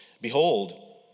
Behold